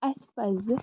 اسہِ پَزِ